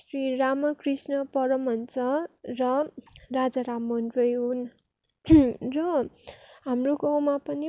श्री रामाकृष्ण परमहंस र राजा राममोहन रोय हुन् र हाम्रो गाउँमा पनि